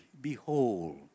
behold